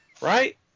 Right